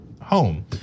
home